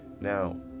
Now